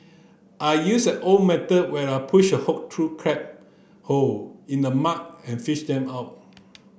I use an old method where I push a hook through crab hole in the mud and fish them out